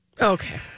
Okay